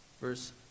verse